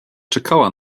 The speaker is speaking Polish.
czekała